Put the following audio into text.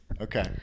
Okay